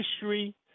history